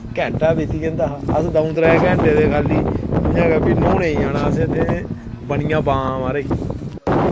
ओह् घैंटा बीती जंदा हा अस दंऊ त्रैऽ घैंटे ते इंया गै भी न्हौने गी जाना असें बनियां बांऽ म्हाराज